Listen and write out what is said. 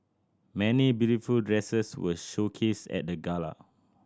many beautiful dresses were showcased at the gala